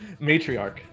Matriarch